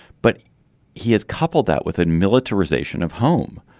but he has coupled that with an militarization of home.